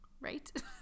right